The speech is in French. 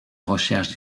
recherche